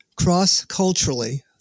cross-culturally